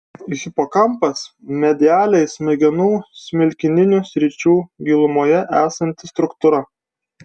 hipokampas medialiai smegenų smilkininių sričių gilumoje esanti struktūra